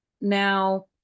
Now